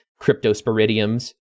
cryptosporidiums